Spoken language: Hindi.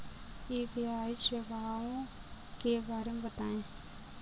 यू.पी.आई सेवाओं के बारे में बताएँ?